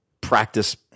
practice